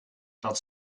dat